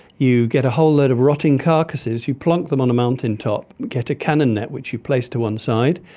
you get a whole load of rotting carcasses, you plonk them on a mountain top, get a canon net which you place to one side,